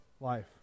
life